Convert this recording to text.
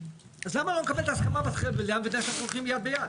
אז למה הוא לא מקבל את ההסכמה, הרי הולכים יד ביד.